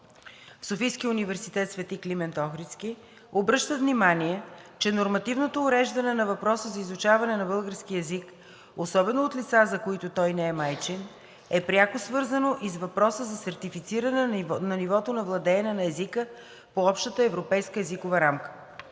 в Софийския университет „Св. Климент Охридски“ обръщат внимание, че нормативното уреждане на въпроса за изучаването на българския език, особено от лица, за които той не е майчин, е пряко свързано и с въпроса за сертифициране на нивото на владеене на езика по Общата европейска езикова рамка.